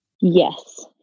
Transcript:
Yes